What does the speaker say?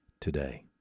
today